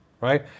Right